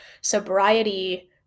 sobriety